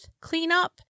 cleanup